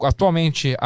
Atualmente